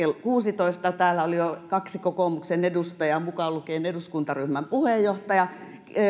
kuusitoista täällä oli jo kaksi kokoomuksen edustajaa mukaan lukien eduskuntaryhmän puheenjohtaja